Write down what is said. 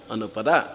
Anupada